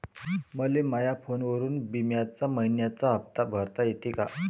मले माया फोनवरून बिम्याचा मइन्याचा हप्ता भरता येते का?